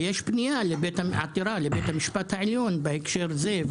ויש עתירה לבית המשפט העליון בהקשר זה,